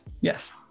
Yes